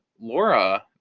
Laura